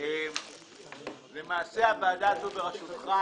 למעשה הוועדה בראשותך,